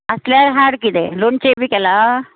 आसल्यार हाड किदें लोणचें बी केलां